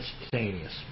instantaneous